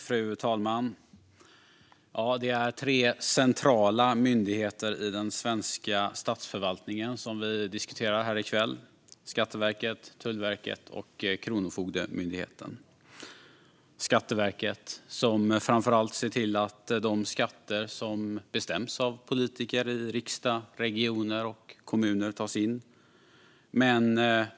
Fru talman! Vi diskuterar tre centrala myndigheter i den svenska statsförvaltningen i kväll. Det gäller Skatteverket, Tullverket och Kronofogdemyndigheten. Skatteverket ser framför allt till att de skatter som bestäms av politiker i riksdag, regioner och kommuner tas in.